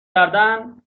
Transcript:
کردنچی